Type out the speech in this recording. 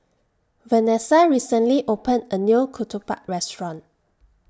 Vanessa recently opened A New Ketupat Restaurant